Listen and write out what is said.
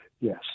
Yes